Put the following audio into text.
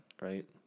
Right